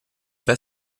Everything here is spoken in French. pas